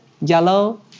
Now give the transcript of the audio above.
yellow